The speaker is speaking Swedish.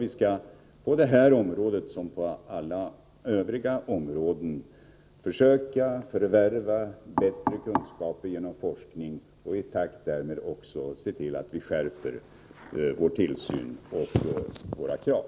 Vi måste på det här området som på många andra försöka förvärva bättre kunskaper genom forskning och i takt därmed också skärpa vår tillsyn och våra krav.